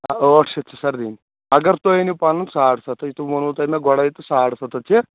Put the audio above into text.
ٲٹھ شیٚتھ چھِ سَر دِنۍ اگر تُہۍ أنو پَنُن ساڑ سَتھ حظ تہِ ووٚنو مےٚ تۄہہِ گۄڈٕے تہٕ ساڑ سَتھ چھِ